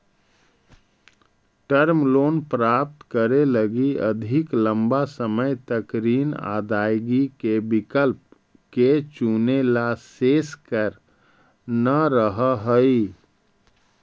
term loan प्राप्त करे लगी अधिक लंबा समय तक ऋण अदायगी के विकल्प के चुनेला शेष कर न रहऽ हई